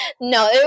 No